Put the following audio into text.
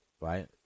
Right